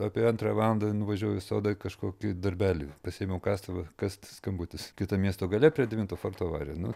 apie antrą valandą nuvažiavau į sodą kažkokį darbelį pasiėmiau kastuvą kast skambutis kitam miesto gale prie devinto forto avarija nu